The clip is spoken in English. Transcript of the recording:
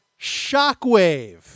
Shockwave